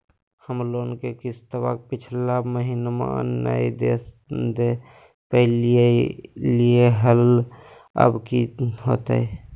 हम लोन के किस्तवा पिछला महिनवा नई दे दे पई लिए लिए हल, अब की होतई?